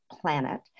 planet